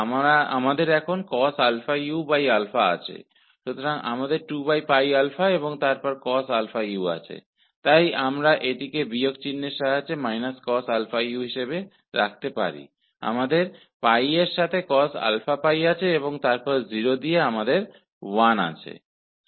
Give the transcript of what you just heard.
तो हमारे पास यह 2 और फिर cosαu है इसलिए हम इसे माइनस साइन के साथ रख सकते हैं ताकि −cosαu बन जाए हमारे पास इस के साथ cosαπ है और फिर 0 रखने पर हमारे पास 1 है